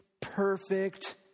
perfect